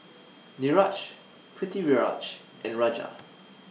Niraj Pritiviraj and Raja